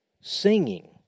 singing